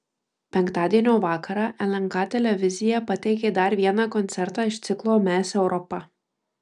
penktadienio vakarą lnk televizija pateikė dar vieną koncertą iš ciklo mes europa